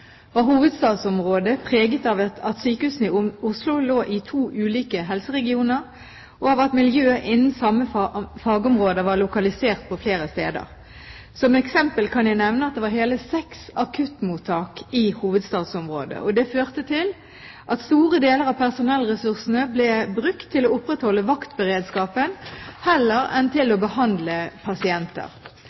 var hovedstadsområdet preget av at sykehusene i Oslo lå i to ulike helseregioner, og av at miljøer innen samme fagområde var lokalisert på flere steder. Som eksempel kan jeg nevne at det var hele seks akuttmottak i hovedstadsområdet. Det førte til at store deler av personellressursene ble brukt til å opprettholde vaktberedskapen heller enn til å behandle pasienter.